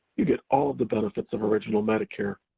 you get all of the benefits of original medicare,